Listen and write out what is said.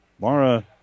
Mara